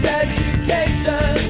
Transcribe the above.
education